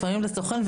לפעמים לסוכן,